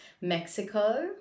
Mexico